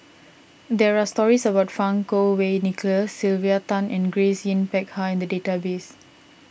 there are stories about Fang Kuo Wei Nicholas Sylvia Tan and Grace Yin Peck Ha in the database